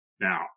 Now